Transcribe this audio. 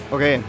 Okay